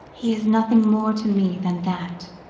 he is nothing more to me than that.